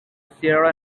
sierra